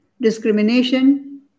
discrimination